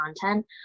content